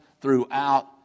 throughout